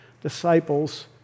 disciples